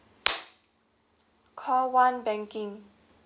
call one banking